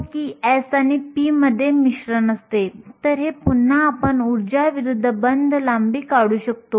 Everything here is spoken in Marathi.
तर गतिशीलतेसाठी युनिट्स एकतर मीटर स्क्वेअर प्रति व्होल्ट प्रति सेकंद वापरू शकतात